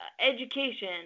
education